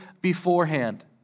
beforehand